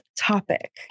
topic